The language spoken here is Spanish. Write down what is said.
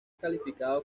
calificado